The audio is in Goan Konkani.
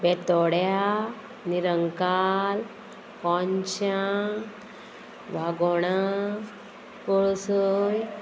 भेतोड्या निरंकाल कोंच्या वागोणा कळसय